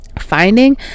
Finding